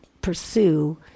pursue